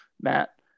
Matt